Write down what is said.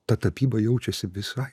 ta tapyba jaučiasi visai